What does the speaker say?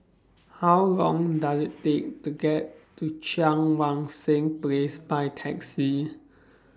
How Long Does IT Take to get to Cheang Wan Seng Place By Taxi